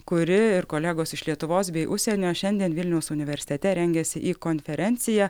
kuri ir kolegos iš lietuvos bei užsienio šiandien vilniaus universitete rengiasi į konferenciją